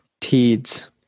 teeds